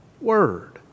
word